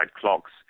clocks